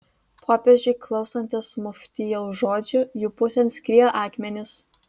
popiežiui klausantis muftijaus žodžių jų pusėn skriejo akmenys